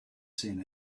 seen